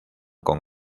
con